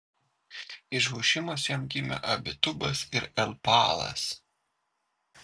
iš hušimos jam gimė abitubas ir elpaalas